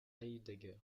heidegger